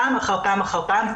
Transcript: פעם אחר פעם אחר פעם,